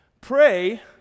Pray